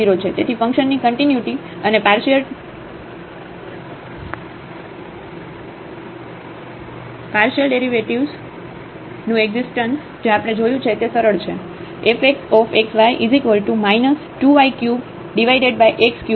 તેથી ફંક્શનની કન્ટિન્યુટી અને પારસીઅર ડેરિવેટિવ્ઝ નું એકઝીસ્ટન્સ એકઝીસ્ટન્સ જે આપણે જોયું છે તે સરળ છે